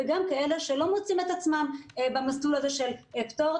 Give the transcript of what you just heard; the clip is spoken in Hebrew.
וגם כאלה שלא מוצאים את עצמם במסלול הזה של פטור,